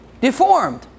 deformed